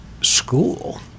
school